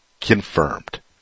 confirmed